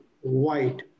white